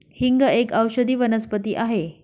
हिंग एक औषधी वनस्पती आहे